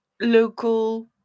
local